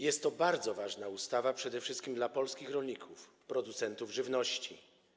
Jest to bardzo ważna ustawa przede wszystkim dla polskich rolników, producentów żywności.